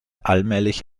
allmählich